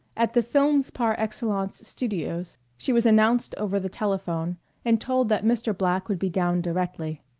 at the films par excellence studios she was announced over the telephone and told that mr. black would be down directly.